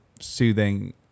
soothing